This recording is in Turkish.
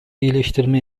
iyileştirme